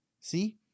See